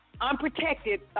unprotected